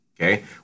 okay